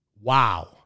Wow